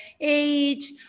age